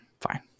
Fine